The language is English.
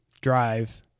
drive